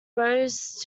rose